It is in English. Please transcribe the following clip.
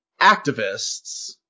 activists